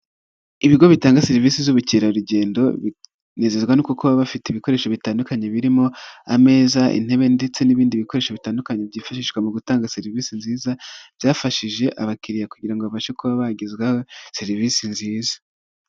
Ibigo bitanga serivisi z'ubukerarugendo, banezezwa no kuba bafite ibikoresho bitandukanye birimo, ameza, intebe ndetse n'ibindi bikoresho bitandukanye, byifashishwa mu gutanga serivisi nziza, byafashije abakiliriya kugira babashe kuba bagezwaho, serivisi nziza.